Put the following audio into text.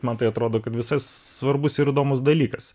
man tai atrodo kad visai svarbus ir įdomus dalykas